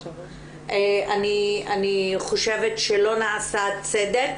אני חושבת שלא נעשה צדק